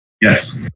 Yes